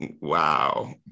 wow